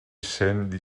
sent